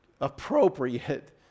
appropriate